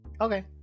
Okay